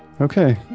Okay